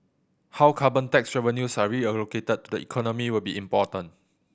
how carbon tax revenues are reallocated to the economy will be important